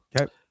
Okay